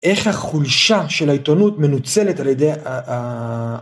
איך החולשה של העיתונות מנוצלת על ידי ה ה...